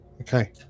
Okay